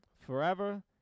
forever